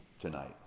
tonight